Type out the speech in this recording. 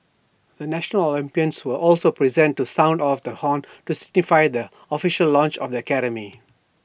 the national Olympians were also present to sound off the horn to signify the official launch of the academy